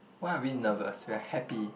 why are we nervous we are happy